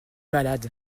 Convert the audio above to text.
malade